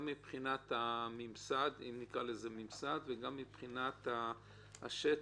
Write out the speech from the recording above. גם מבחינת הממסד אם נקרא לזה ממסד וגם מבחינת השטח.